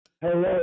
Hello